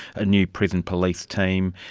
a new prison police team,